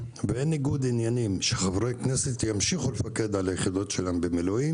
ואין ניגוד עניינים שחברי כנסת ימשיכו לפקד על היחידות שלהם במילואים